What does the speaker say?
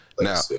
now